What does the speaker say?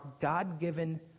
God-given